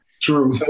True